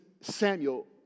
Samuel